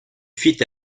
fit